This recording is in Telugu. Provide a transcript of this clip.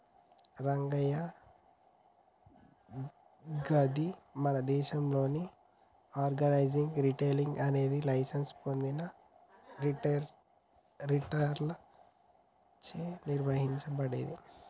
రంగయ్య గీది మన దేసంలో ఆర్గనైజ్డ్ రిటైలింగ్ అనేది లైసెన్స్ పొందిన రిటైలర్లచే నిర్వహించబడేది